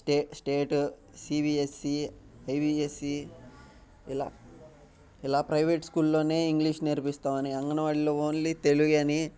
stay state CBSE ICSE ఇలా ఇలా private స్కూల్లో ఇంగ్షీష్ నేర్పిస్తామని అంగన్వాడిలో ఓన్లీ తెలుగు అని